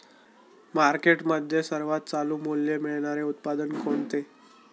मार्केटमध्ये सर्वात चालू मूल्य मिळणारे उत्पादन कोणते?